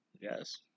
Yes